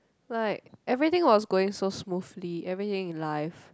like everything was going so smoothly everything in life